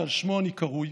שעל שמו אני קרוי,